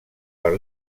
per